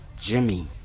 Jimmy